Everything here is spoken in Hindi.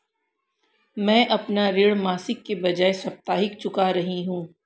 मैं अपना ऋण मासिक के बजाय साप्ताहिक चुका रही हूँ